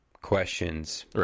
questions